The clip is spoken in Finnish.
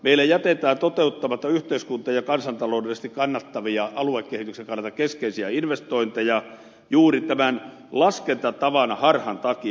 meillä jätetään toteuttamatta yhteiskunta ja kansantaloudellisesti kannattavia aluekehityksen kannalta keskeisiä investointeja juuri tämän laskentatavan harhan takia